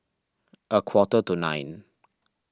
a quarter to nine